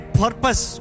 purpose